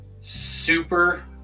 super